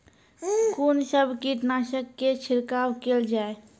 कून सब कीटनासक के छिड़काव केल जाय?